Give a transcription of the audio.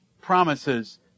promises